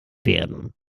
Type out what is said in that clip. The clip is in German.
werden